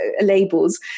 labels